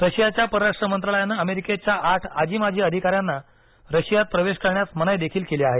रशियाच्या परराष्ट्र मंत्रालयानं अमेरिकेच्या आठ आजी माजी अधिकाऱ्यांना रशियात प्रवेश करण्यास मनाई देखील केली आहे